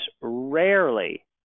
rarely